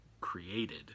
created